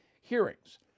hearings